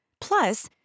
Plus